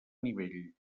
nivell